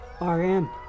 RM